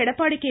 Edappadi K